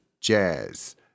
Jazz